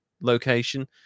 location